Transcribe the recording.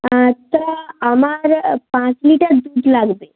আচ্ছা আমার পাঁচ লিটার দুধ লাগবে